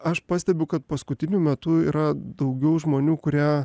aš pastebiu kad paskutiniu metu yra daugiau žmonių kurie